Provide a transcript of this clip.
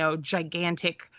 gigantic